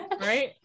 Right